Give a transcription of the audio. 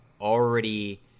already